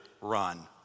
run